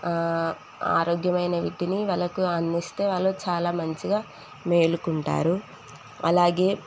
ఆరోగ్యమైన వీటిని వాళ్ళకు అందిస్తే వాళ్ళు చాలా మంచిగా మేలుకుంటారు అలాగే